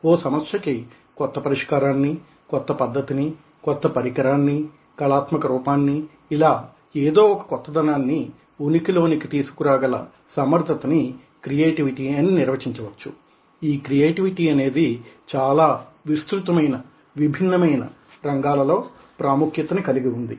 ఓ సమస్యకి కొత్త పరిష్కారాన్ని కొత్త పద్ధతిని కొత్త పరికరాన్ని కళాత్మక రూపాన్ని ఇలా ఏదో ఒక కొత్తదనాన్ని ఉనికి లోనికి తీసుకురాగల సమర్థతని క్రియేటివిటీ అని నిర్వచించవచ్చు ఈ క్రియేటివిటీ అనేది చాలా విస్తృతమైన విభిన్నమైన రంగాలలో ప్రాముఖ్యతని కలిగి ఉంది